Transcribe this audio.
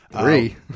three